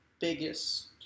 biggest